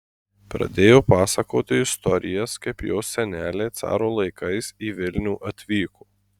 pradėjo pasakoti istorijas kaip jos seneliai caro laikais į vilnių atvyko